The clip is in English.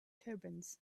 turbans